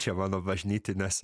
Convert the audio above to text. čia mano bažnytinės